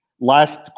Last